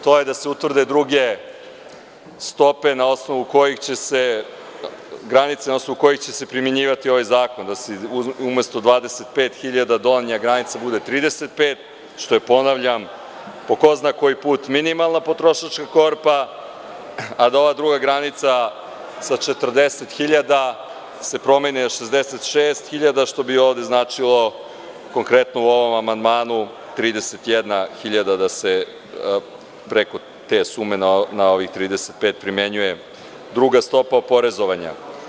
To je da se utvrde druge granice na osnovu kojih će se primenjivati ovaj zakon, da umesto 25.000 donja granica buce 35.000, što je ponavljam, po ko zna koji put minimalna potrošačka korpa, a da ova druga granica sa 40.000 se promeni na 66.000 što bi ovde značilo, konkretno u ovom amandmanu 31.000 da se preko te sume na ovih 35.000 primenjuje druga stopa oporezovanja.